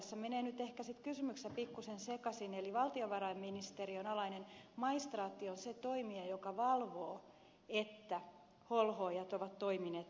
tässä menevät nyt ehkä sitten kysymykset pikkaisen sekaisin eli valtionvarainministeriön alainen maistraatti on se toimija joka valvoo että holhoojat ovat toimineet oikein